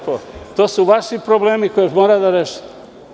To su vaši problemi koje mora da rešite.